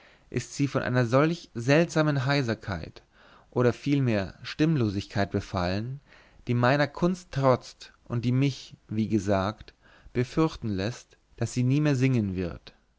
ist sie von einer solch seltsamen heiserkeit oder vielmehr stimmlosigkeit befallen die meiner kunst trotzt und die mich wie gesagt befürchten läßt daß sie nie mehr singen wird